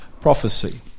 Prophecy